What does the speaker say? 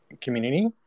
community